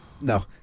no